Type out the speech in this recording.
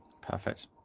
Perfect